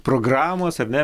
programos ar ne